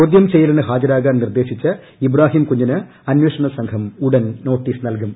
ചോദ്യം ചെയ്യലിന് ഹാജരാകാൻ നിർദ്ദേശിച്ച് ഇബ്രാഹിംകുഞ്ഞിന് അന്വേഷണ സംഘം ഉടൻ നോട്ടീസ് നൽകും